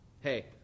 hey